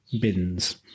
bins